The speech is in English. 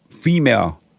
female